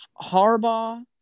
Harbaugh